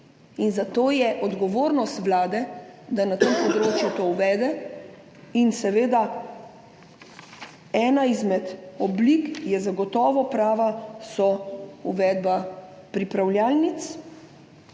Zato je odgovornost Vlade, da na tem področju to uvede. Ena izmed oblik, ki je zagotovo prava, je uvedba pripravljalnic,